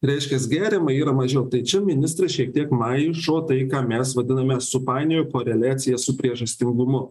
reiškias gėrimai yra mažiau tai čia ministras šiek tiek maišo tai ką mes vadiname supainiojo koreliacija su priežastingumu